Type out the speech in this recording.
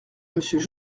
monsieur